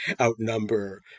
outnumber